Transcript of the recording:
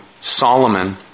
Solomon